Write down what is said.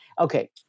okay